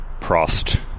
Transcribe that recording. Prost